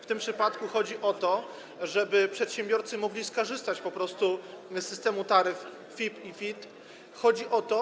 W tym przypadku chodzi o to, żeby przedsiębiorcy mogli skorzystać po prostu z systemu taryf FIP i FIT.